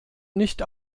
nicht